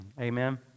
Amen